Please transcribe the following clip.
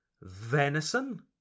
venison